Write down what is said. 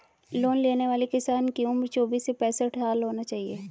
loan लेने वाले किसान की उम्र चौबीस से पैंसठ साल होना चाहिए